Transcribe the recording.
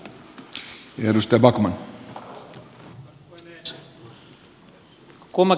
arvoisa puhemies